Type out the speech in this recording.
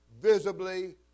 visibly